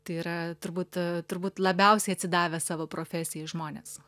tai yra turbūt turbūt labiausiai atsidavę savo profesijai žmonės